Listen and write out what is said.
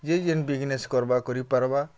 ଯିଏ ଯେନ୍ ବିଜ୍ନେସ୍ କର୍ବା କରିପାର୍ବା